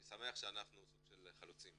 אז אני שמח שאנחנו סוג של חלוצים.